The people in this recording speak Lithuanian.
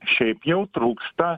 šiaip jau trūksta